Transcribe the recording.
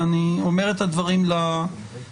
ואני אומר את הדברים לפרוטוקול,